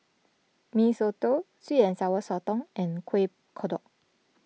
Mee Soto Sweet and Sour Sotong and Kuih Kodok